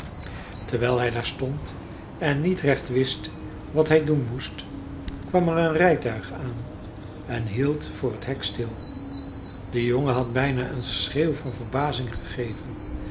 terwijl hij daar stond en niet recht wist wat hij doen moest kwam er een rijtuig aan en hield voor het hek stil de jongen had bijna een schreeuw van verbazing gegeven